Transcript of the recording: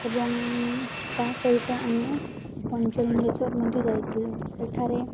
ଏବଂ ତା ସହିତ ଆମେ ପଞ୍ଚଲିଙ୍ଗେଶ୍ୱର ମଧ୍ୟ ଯାଇଥିଲୁ ସେଠାରେ